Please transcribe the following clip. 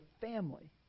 family